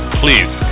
please